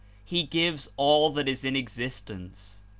he gives all that is in existence.